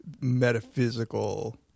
metaphysical